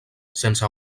sense